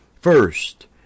First